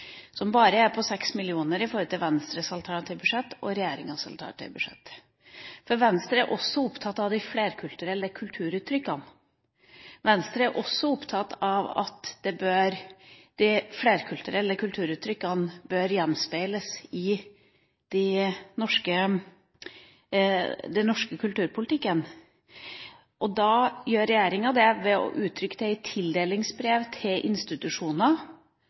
som bare er på 6 mill. kr i forhold til Venstres alternative budsjett. Venstre er opptatt av de flerkulturelle kulturuttrykkene. Venstre er opptatt av at de flerkulturelle kulturuttrykkene bør gjenspeiles i den norske kulturpolitikken. Regjeringa gjør det ved å uttrykke det i tildelingsbrev til institusjoner,